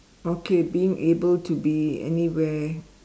okay being able to be anywhere